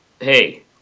hey